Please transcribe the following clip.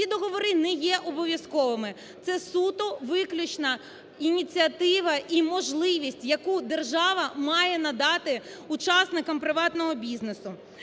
Ці договори не є обов'язковими, це суто виключна ініціатива і можливість, яку держава має надати учасникам приватного бізнесу.